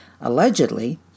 Allegedly